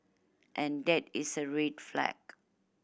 and that is a red flag